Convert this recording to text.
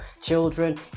children